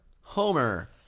Homer